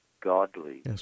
godly